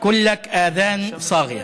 כולך אוזניים קשובות.